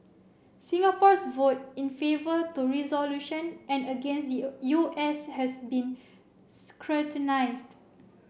Singapore's vote in favour to resolution and against the U S has been scrutinised